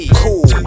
cool